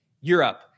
Europe